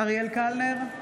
אריאל קלנר,